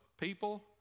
people